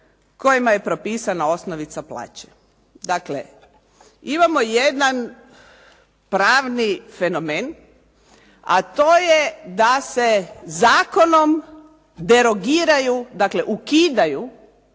kojima je propisana osnovica plaće". Dakle, imamo jedan pravni fenomen, a to je da se zakonom derogiraju, dakle ukidaju